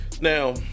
Now